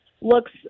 looks